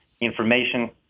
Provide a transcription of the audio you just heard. information